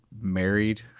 married